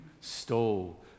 stole